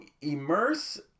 immerse